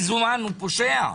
מזומן הוא פושע.